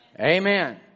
Amen